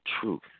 truth